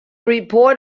report